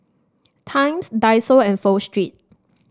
Times Daiso and Pho Street